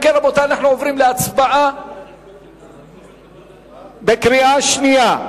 אם כן, רבותי, אנחנו עוברים להצבעה בקריאה שנייה.